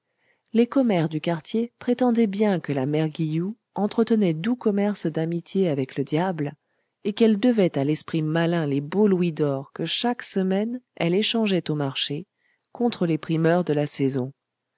les commères du quartier prétendaient bien que la mère guilloux entretenait doux commerce d'amitié avec le diable et qu'elle devait à l'esprit malin les beaux louis d'or que chaque semaine elle échangeait au marché contre les primeurs de la saison